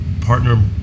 partner